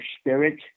spirit